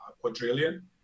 quadrillion